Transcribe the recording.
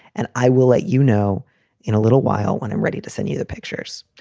and i will let you know in a little while when i'm ready to send you the pictures.